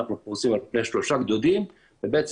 אנחנו פרוסים על פני שלושה גדודים וזה